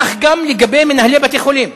כך גם לגבי מנהלי בתי-חולים.